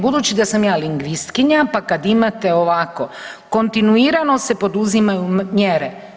Budući da sam ja lingvistkinja, pa kad imate ovako kontinuirano se poduzimaju mjere.